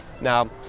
now